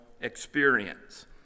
experience